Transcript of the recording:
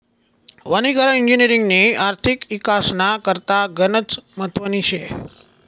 वनीकरण इजिनिअरिंगनी आर्थिक इकासना करता गनच महत्वनी शे